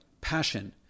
passion